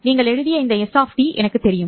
நாங்கள் எழுதிய இந்த s எனக்குத் தெரியும்